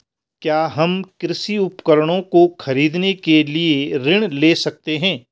क्या हम कृषि उपकरणों को खरीदने के लिए ऋण ले सकते हैं?